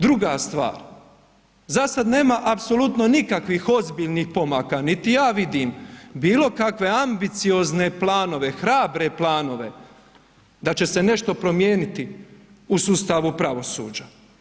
Druga stvar, za sada nema apsolutno nikakvih ozbiljnih pomaka, niti ja vidim bilo kakve ambiciozne planove, hrabre planove da će se nešto promijeniti u sustavu pravosuđa.